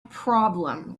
problem